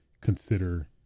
consider